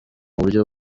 buryo